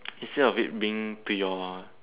instead of it being to your